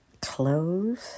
clothes